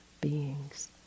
beings